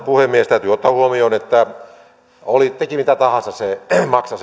puhemies täytyy ottaa huomioon että teki mitä tahansa se maksaa